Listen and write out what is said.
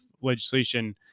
legislation